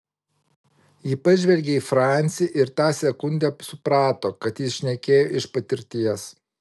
ji pažvelgė į francį ir tą sekundę suprato kad jis šnekėjo iš patirties